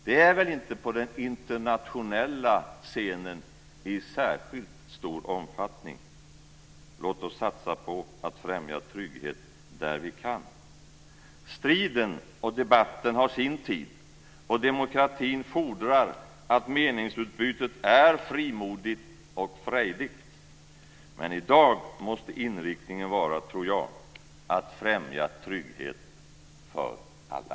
Det är väl inte på den internationella scenen i särskilt stor omfattning, utan låt oss satsa på att främja trygghet där vi kan. Striden och debatten har sin tid, och demokratin fordrar att meningsutbytet är frimodigt och frejdigt. Men i dag tror jag att inriktningen måste vara att främja trygghet för alla.